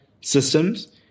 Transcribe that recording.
systems